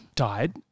died